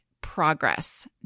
progress